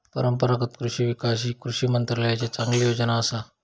परंपरागत कृषि विकास ही कृषी मंत्रालयाची चांगली योजना असा